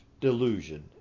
delusion